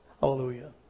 Hallelujah